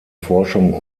forschung